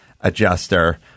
adjuster